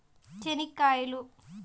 చెనిక్కాయలు